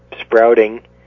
sprouting